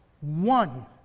one